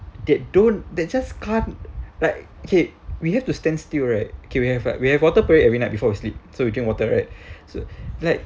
that don't they just can't like okay we have to stand still right okay we have like we have water parade every night before we sleep so we can water right so is like